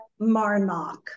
Marnock